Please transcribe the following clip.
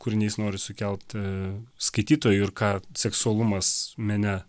kūriniais nori sukelt skaitytojų ir ką seksualumas mene